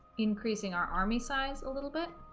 increasing our army size a little bit